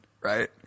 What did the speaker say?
right